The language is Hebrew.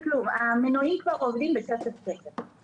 המנועים כבר עובדים בשצף קצף.